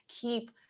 keep